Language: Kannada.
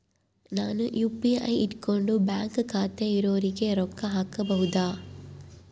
ನಾನು ಯು.ಪಿ.ಐ ಇಟ್ಕೊಂಡು ಬ್ಯಾಂಕ್ ಖಾತೆ ಇರೊರಿಗೆ ರೊಕ್ಕ ಹಾಕಬಹುದಾ?